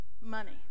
money